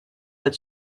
but